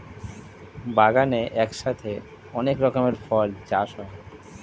বাগানে একসাথে অনেক রকমের ফল চাষ হয়